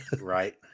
right